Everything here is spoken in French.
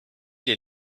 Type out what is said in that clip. les